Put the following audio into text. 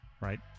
right